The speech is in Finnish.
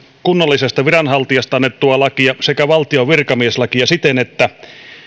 kunnallisesta viranhaltijasta annettua lakia sekä valtion virkamieslakia siten että